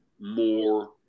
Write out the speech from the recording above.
more –